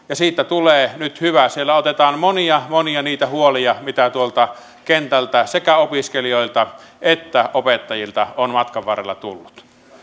ja siitä tulee nyt hyvä siinä otetaan huomioon monia monia niitä huolia mitä tuolta kentältä sekä opiskelijoilta että opettajilta on matkan varrella tullut